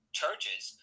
churches